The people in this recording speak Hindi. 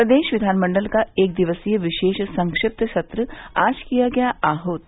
प्रदेश विधानमंडल का एक दिवसीय विशेष संक्षिप्त सत्र आज किया गया आहूत